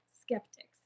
skeptics